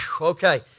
okay